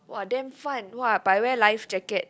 !wah! damn fun !wah! but wear life jacket